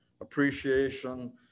appreciation